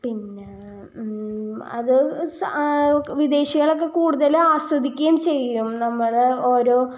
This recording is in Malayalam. പിന്നെ അത് വിദേശികളൊക്കെ കൂടുതലും ആസ്വദിക്കുകയും ചെയ്യും നമ്മളെ ഓരോ